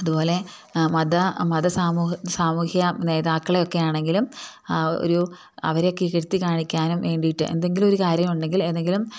അതുപോലെ മത മത സാമൂഹ്യ നേതാക്കളയൊക്കെ ആണെങ്കിലും ഒരു അവരെയൊക്കെ ഇകഴ്ത്തി കാണിക്കാനും വേണ്ടിയിട്ട് എന്തെങ്കിലും ഒരു കാര്യമുണ്ടെങ്കിൽ ഏതെങ്കിലും